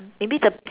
maybe the